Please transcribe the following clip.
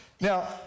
Now